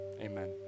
Amen